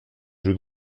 jeux